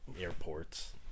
airports